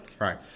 Right